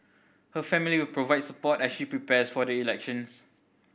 her family will provide support as she prepares for the elections